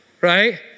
right